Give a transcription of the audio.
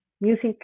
music